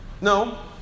No